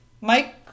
Mike